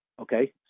okay